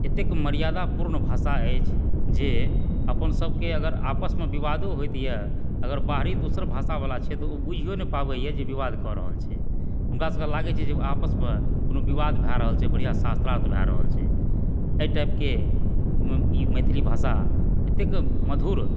एतेक मर्यादापूर्ण भाषा अछि जे अपनसबके अगर आपसमे विवादो होईत यऽ अगर बाहरी दोसर भाषावला छै तऽ ओ बुझियो नहि पाबए जे विवाद कऽ रहल छै हुनका सबकेँ लागय छै जे आपसमे कोनो विवाद भए रहल छै बढ़िआँ शास्त्रार्थ भए रहल छै एहि टाइपके ई मैथिली भाषा एतेक मधुर